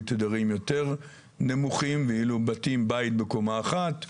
תדרים יותר נמוכים ואילו בית בקומה אחת,